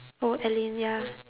oh alyn ya